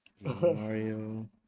Mario